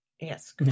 Yes